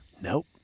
Nope